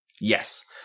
yes